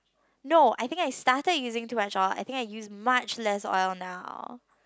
no I think I started using too much oil I think I use much less oil now